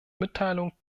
mitteilung